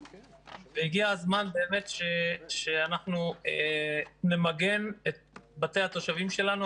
והגיע הזמן באמת שאנחנו נמגן את בתי התושבים שלנו.